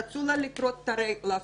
רצו לכרות לה את הרגל.